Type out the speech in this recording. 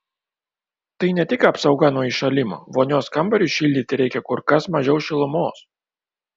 tai ne tik apsauga nuo įšalimo vonios kambariui šildyti reikia kur kas mažiau šilumos